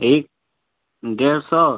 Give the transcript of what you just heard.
एक डेढ़ सौ